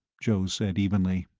joe said evenly.